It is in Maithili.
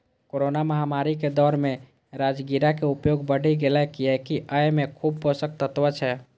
कोरोना महामारी के दौर मे राजगिरा के उपयोग बढ़ि गैले, कियैकि अय मे खूब पोषक तत्व छै